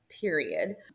period